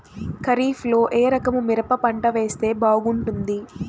ఖరీఫ్ లో ఏ రకము మిరప పంట వేస్తే బాగుంటుంది